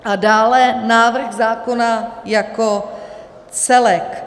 a dále návrh zákona jako celku.